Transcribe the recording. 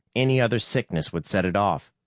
any other sickness would set it off,